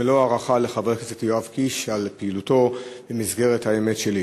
מלוא ההערכה לחבר הכנסת יואב קיש על פעילותו במסגרת "האמת שלי".